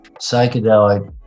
psychedelic